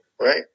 right